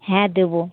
হ্যাঁ দেবো